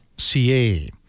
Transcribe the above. CA